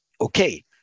okay